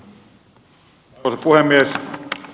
arvoisa puhemies